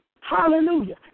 Hallelujah